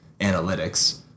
analytics